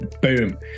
Boom